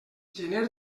gener